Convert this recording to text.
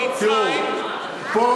תראו, מצרים?